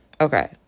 Okay